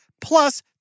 plus